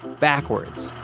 backwards.